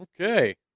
Okay